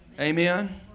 Amen